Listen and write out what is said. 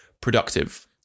productive